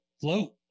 float